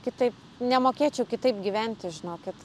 kitaip nemokėčiau kitaip gyventi žinokit